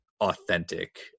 authentic